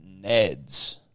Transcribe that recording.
Neds